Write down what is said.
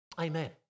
Amen